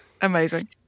Amazing